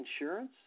insurance